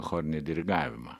chorinį dirigavimą